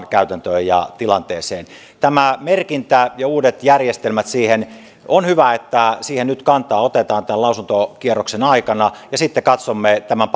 käytäntöön ja tilanteeseen tämä merkintä ja uudet järjestelmät siihen on hyvä että siihen nyt otetaan kantaa tämän lausuntokierroksen aikana ja sitten katsomme tämän